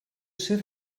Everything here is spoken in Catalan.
ser